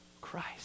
Christ